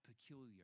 peculiar